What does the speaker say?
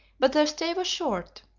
but their stay was short.